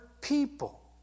people